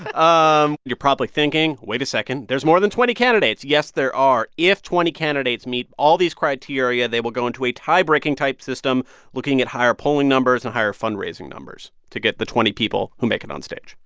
um you're probably thinking, wait a second. there's more than twenty candidates. yes, there are. if twenty candidates meet all these criteria, they will go into a tiebreaking-type system looking at higher polling numbers and higher fundraising numbers to get the twenty people who make it on stage.